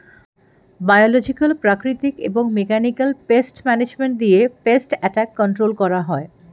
biological, প্রাকৃতিক এবং mechanical pest management দিয়ে পেস্ট অ্যাটাক কন্ট্রোল করা হয়